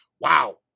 Wow